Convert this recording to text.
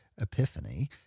epiphany